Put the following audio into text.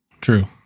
True